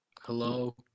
hello